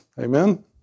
Amen